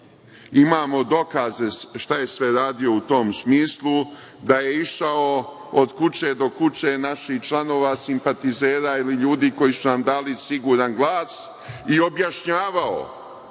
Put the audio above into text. imamo dokaze šta je sve radio u tom smislu, da je išao od kuće do kuće naših članova, simpatizera ili ljudi koji su nam dali siguran glas i objašnjavao